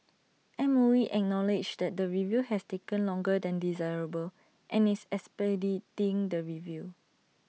M O E acknowledges that the review has taken longer than desirable and is expediting the review